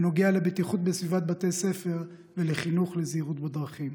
על בטיחות בסביבת בתי ספר ועל חינוך לזהירות בדרכים.